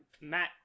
Matt